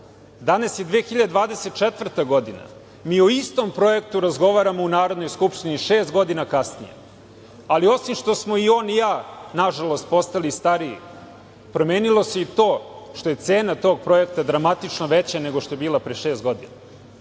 Danas je 2024. godina, mi o istom projektu razgovaramo u Narodnoj skupštini, šest godina kasnije. Ali, osim što smo i on i ja, nažalost, postali stariji, promenilo se i to što je cena tog projekta dramatično veća nego što je bila pre šest godina.